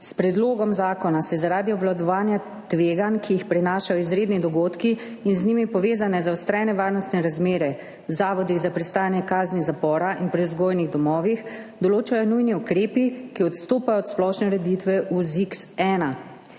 S predlogom zakona se zaradi obvladovanja tveganj, ki jih prinašajo izredni dogodki in z njimi povezane zaostrene varnostne razmere v zavodih za prestajanje kazni zapora in prevzgojnih domovih, določajo nujni ukrepi, ki odstopajo od splošne ureditve v ZIKS-1.